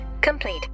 complete